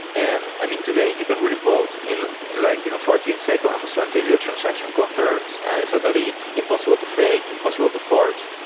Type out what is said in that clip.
and i mean, today you can really vote in like you know fourteen seconds until your transaction confirms and so totally impossible to fake, impossible to forge.